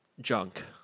junk